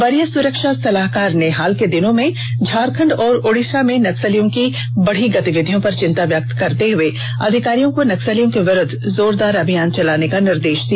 वरीय सुरक्षा सलाहकार ने हाल के दिनों में झारखंड और ओड़िषा में नक्सलियों की बढ़ी गतिविधियों पर चिंता व्यक्त करते हुए अधिकारियों को नक्सलियों के विरूद्ध जोरदार अभियान चलाने का निर्देष दिया